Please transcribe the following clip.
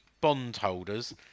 bondholders